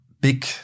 big